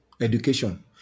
education